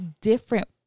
different